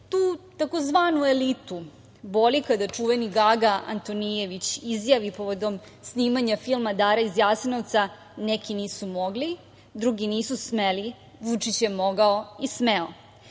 Tu tzv. elitu boli kada čuveni Gaga Antonijević izjavi povodom snimanja filma „Dara iz Jasenovca“: „Neki nisu mogli, drugi nisu smeli, Vučić je mogao i smeo“.